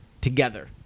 together